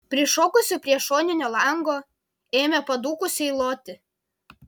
prišokusi prie šoninio lango ėmė padūkusiai loti